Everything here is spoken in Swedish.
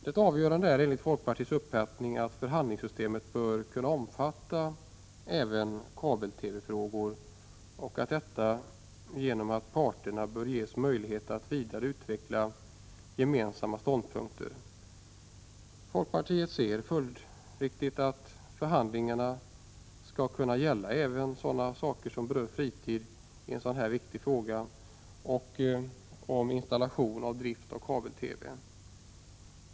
Det avgörande är enligt folkpartiets uppfattning att förhandlingssystemet bör kunna omfatta även kabel-TV-frågor och att parterna bör ges möjlighet att vidare utveckla gemensamma ståndpunkter. Folkpartiet ser följdriktigt att förhandlingarna skall kunna gälla även en för fritiden så viktig fråga som frågan om installation och drift av kabel-TV.